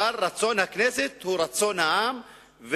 אבל רצון הכנסת הוא רצון העם,